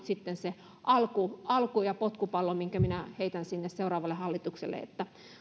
sitten se alku alku ja potkupallo minkä minä heitän sinne seuraavalle hallitukselle